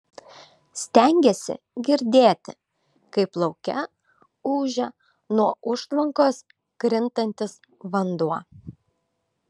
stengėsi girdėti kaip lauke ūžia nuo užtvankos krintantis vanduo